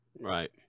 right